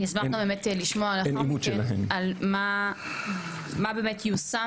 אני אשמח גם באמת לשמוע לאחר מכן על מה באמת יושם